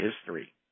history